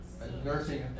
Nursing